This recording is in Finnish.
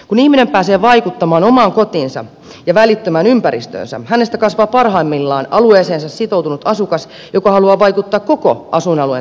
kun ihminen pääsee vaikutta maan omaan kotiinsa ja välittömään ympäristöönsä hänestä kasvaa parhaimmillaan alueeseensa sitoutunut asukas joka haluaa vaikuttaa koko asuinalueensa kehitykseen